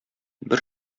бер